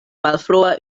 malfrua